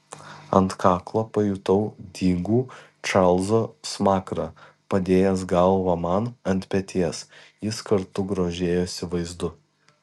ant kaklo pajutau dygų čarlzo smakrą padėjęs galvą man ant peties jis kartu grožėjosi vaizdu